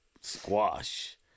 squash